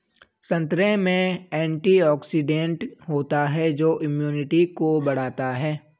संतरे में एंटीऑक्सीडेंट होता है जो इम्यूनिटी को बढ़ाता है